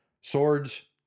Swords